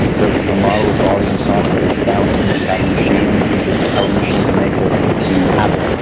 the the model is already in software, you can download it. if you have a machine, you just tell the machine to make it and you have it.